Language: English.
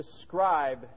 describe